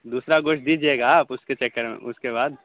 دوسرا گوشت دیجیے گا آپ اس کے چکر میں اس کے بعد